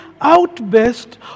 outburst